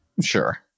sure